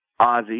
Ozzy